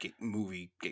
movie